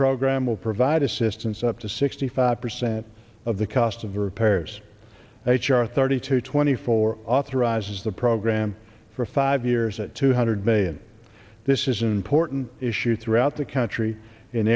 program will provide assistance up to sixty five percent of the cost of the repairs h r thirty two twenty four authorizes the program for a five year two hundred million this is an important issue throughout the country in